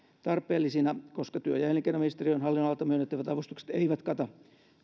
tarpeellisina koska työ ja elinkeinoministeriön hallinnonalalta myönnettävät avustukset eivät kata